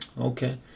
okay